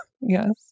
Yes